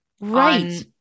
Right